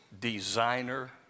designer